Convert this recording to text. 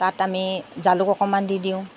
তাত আমি জালুক অকণমান দি দিওঁ